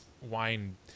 wine